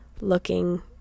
looking